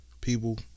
People